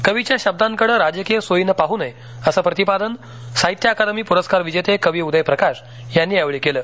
कवीच्या शब्दांकडे राजकीय सोयींनं पाहू नये असे प्रतिपादन साहित्य अकादमी पुरस्कार विजेते कवी उदय प्रकाश यांनी यावेळी केलं